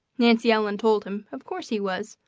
nancy ellen told him of course he was,